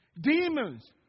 Demons